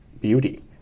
beauty